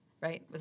Right